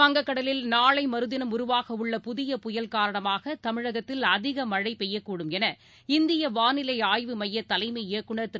வங்கக்கடலில் நாளை மறுதினம் உருவாகவுள்ள புதிய புயல் காரணமாக தமிழகத்தில் அதிக மழை பெய்யக்கூடும் என இந்திய வாளிலை ஆய்வு மைய தலைமை இயக்குநர் திரு